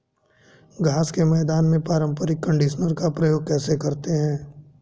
घास के मैदान में पारंपरिक कंडीशनर का प्रयोग कैसे करते हैं?